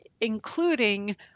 including